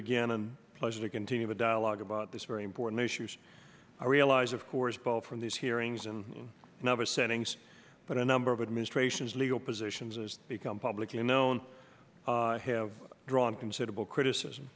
again a pleasure to continue the dialogue about this very important issues i realize of course ball from these hearings and never settings but a number of administrations legal positions as become public and known have drawn considerable criticism